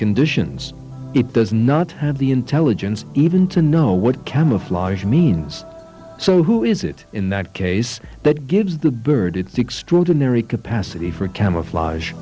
conditions it does not have the intelligence even to know what camouflage means so who is it in that case that gives the bird its extraordinary capacity for camouflage